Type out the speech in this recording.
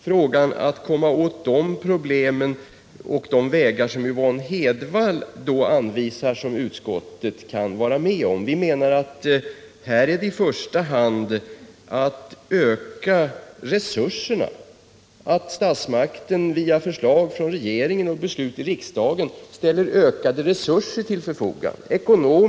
Men utskottets uppfattning skiljer sig från Yvonne Hedvalls när det gäller de vägar som hon anvisar i samband med dessa insatser. Vi menar att det här i första hand gäller att öka resurserna, att statsmakten via förslag från regeringen och genom beslut i riksdagen ställer ökade ekonomiska resurser till förfogande.